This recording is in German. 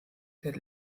der